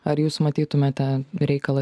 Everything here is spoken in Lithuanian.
ar jūs matytumėte reikalą